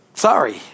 Sorry